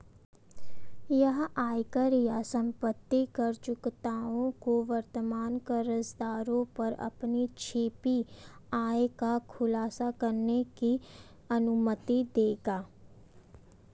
यह आयकर या संपत्ति कर चूककर्ताओं को वर्तमान करदरों पर अपनी छिपी आय का खुलासा करने की अनुमति देगा